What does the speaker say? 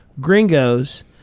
gringos